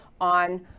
on